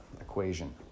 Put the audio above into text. equation